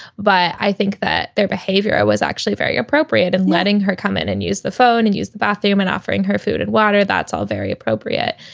but i think that their behavior i was actually very appropriate in letting her come in and use the phone and use the bathroom and offering her food and water. that's all very appropriate.